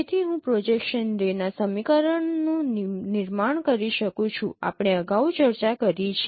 તેથી હું projection ray ના સમીકરણનું નિર્માણ કરી શકું છું આપણે અગાઉ ચર્ચા કરી છે